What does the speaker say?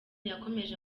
yakomeje